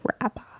rabbi